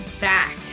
back